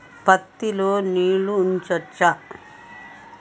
పత్తి లో నీళ్లు ఉంచచ్చా?